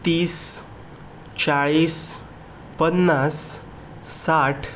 तीस चाळीस पन्नास साठ